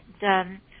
done